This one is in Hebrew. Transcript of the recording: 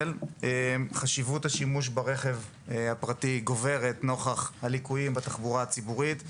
חשיבות השימוש ברכב הפרטי גוברת נוכח הליקויים בתחבורה הציבורית,